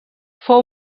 fou